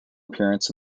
appearance